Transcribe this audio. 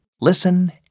Listen